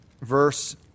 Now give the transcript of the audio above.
verse